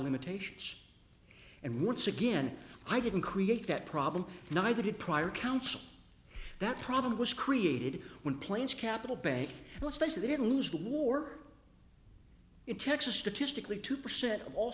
limitations and once again i didn't create that problem neither did prior counsel that problem was created when planes capital bank let's face it they didn't lose the war in texas statistically two percent of all